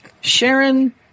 Sharon